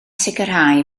sicrhau